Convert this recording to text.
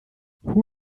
who